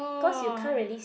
because you can't really s~